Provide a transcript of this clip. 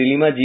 દિલ્હીમાં જી